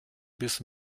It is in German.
bis